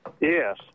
yes